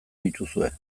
dituzue